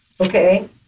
okay